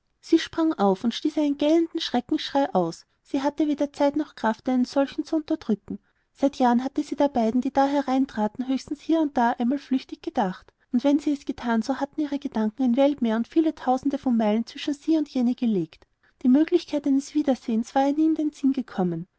sie sprang auf und stieß einen gellenden schreckensschrei aus sie hatte weder zeit noch kraft einen solchen zu unterdrücken seit jahren hatte sie der beiden die da hereintraten höchstens hier und da einmal flüchtig gedacht und wenn sie es gethan so hatten ihre gedanken ein weltmeer und viele tausende von meilen zwischen sie und jene gelegt die möglichkeit eines wiedersehens war ihr nie in den sinn gekommen